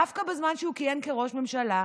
דווקא בזמן שהוא כיהן כראש ממשלה,